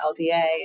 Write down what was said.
lda